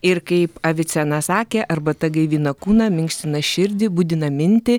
ir kaip avicena sakė arbata gaivina kūną minkština širdį budina mintį